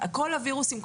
כל הווירוסים,